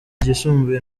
ryisumbuye